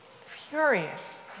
Furious